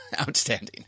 outstanding